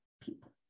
people